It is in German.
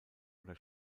oder